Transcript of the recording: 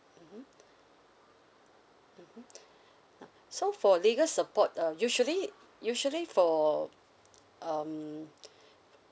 mmhmm mmhmm now so for legal support um usually usually for um